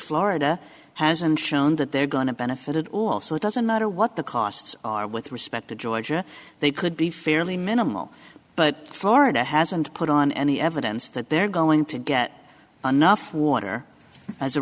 florida hasn't shown that they're going to benefit at all so it doesn't matter what the costs are with respect to georgia they could be fairly minimal but florida hasn't put on any evidence that they're going to get anough water as a